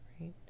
right